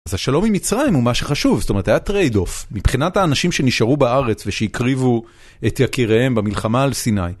אז השלום עם מצרים הוא מה שחשוב, זאת אומרת, היה trade-off מבחינת האנשים שנשארו בארץ ושהקריבו את יקיריהם במלחמה על סיני.